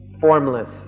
formless